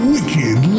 Wicked